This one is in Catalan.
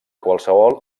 qualsevol